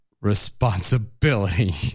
responsibility